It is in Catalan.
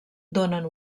donen